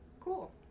Cool